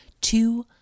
Two